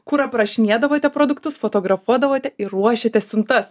kur aprašinėdavote produktus fotografuodavote ir ruošėte siuntas